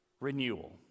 renewal